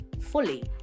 fully